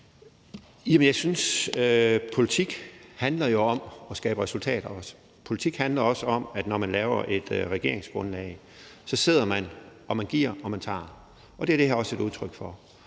jeg synes jo, at politik også handler om at skabe resultater. Politik handler også om, at når man laver et regeringsgrundlag, sidder man og giver og tager, og det er det her også et udtryk for.